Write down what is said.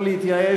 לא להתייאש,